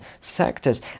sectors